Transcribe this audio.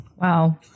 Wow